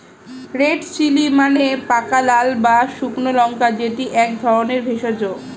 red chilli মানে পাকা লাল বা শুকনো লঙ্কা যেটি এক ধরণের ভেষজ